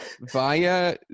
via